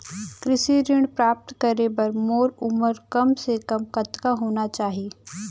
कृषि ऋण प्राप्त करे बर मोर उमर कम से कम कतका होना चाहि?